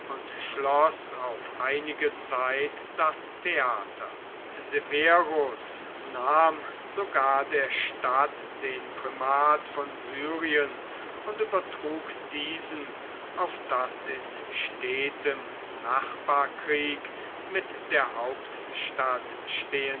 und schloß auf einige zeit das theater severus nahm sogar der stadt den primat von syrien und übertrug diesen auf das in stetem nachbarkrieg mit der hauptstadt